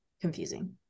confusing